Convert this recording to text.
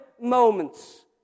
moments